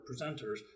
presenters